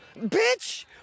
bitch